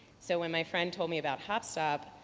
so when my friend told me about hopstop,